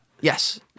yes